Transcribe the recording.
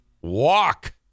walk